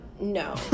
No